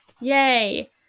Yay